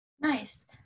Nice